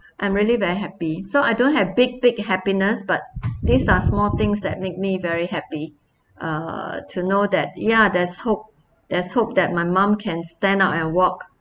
I'm really very happy so I don't have big big happiness but these are small things that make me very happy uh to know that ya there's hope there's hope that my mum can stand up and walk